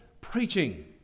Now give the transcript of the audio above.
preaching